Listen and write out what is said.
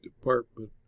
Department